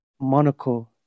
Monaco